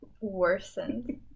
worsened